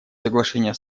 соглашения